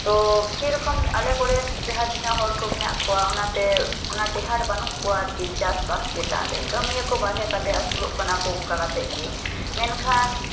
ᱛᱚ ᱥᱮᱨᱚᱠᱚᱢ ᱟᱞᱮ ᱠᱚᱨᱮᱱ ᱡᱟᱦᱟᱸ ᱛᱤᱱᱟᱹᱜ ᱦᱚᱲᱠᱚ ᱢᱮᱱᱟᱜ ᱠᱚᱣᱟ ᱚᱱᱟᱛᱮ ᱚᱱᱟ ᱴᱮᱦᱟᱰ ᱵᱟᱹᱱᱩᱜ ᱠᱚᱣᱟ ᱟᱨᱠᱤ ᱪᱟᱥ ᱵᱟᱥ ᱪᱮᱛᱟᱱ ᱨᱮ ᱠᱟᱹᱢᱤᱭᱟᱠᱚ ᱵᱟᱨᱦᱮ ᱠᱟᱛᱮ ᱟᱹᱥᱩᱞᱚᱜ ᱠᱟᱱᱟ ᱠᱚ ᱚᱱᱠᱟ ᱠᱟᱛᱮᱫᱜᱮ ᱢᱮᱱᱠᱷᱟᱱ